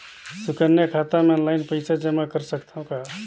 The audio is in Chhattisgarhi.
सुकन्या खाता मे ऑनलाइन पईसा जमा कर सकथव का?